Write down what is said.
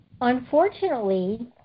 Unfortunately